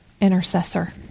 intercessor